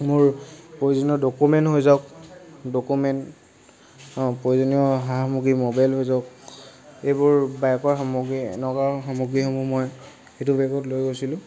মোৰ প্ৰয়োজনীয় ডকুমেণ্ট হৈ যাওক ডকুমেণ্ট আৰু প্ৰয়োজনী সা সামগ্ৰী মোবিল হৈ যাওক এইবোৰ বাইকৰ সামগ্ৰী এনেকুৱা সামগ্ৰীসমূহ মই সেইটো বেগত লৈ গৈছিলোঁ